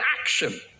action